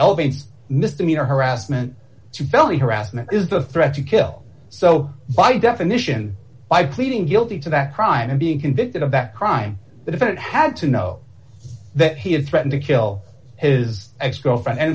elbow misdemeanor harassment two felony harassment is the threat to kill so by definition by pleading guilty to that crime and being convicted of that crime if it had to know that he had threatened to kill his ex girlfriend and